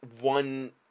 one